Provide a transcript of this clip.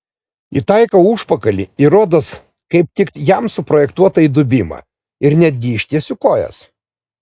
įtaikau užpakalį į rodos kaip tik jam suprojektuotą įdubimą ir netgi ištiesiu kojas